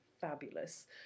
fabulous